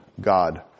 God